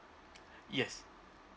yes